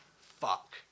Fuck